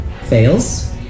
fails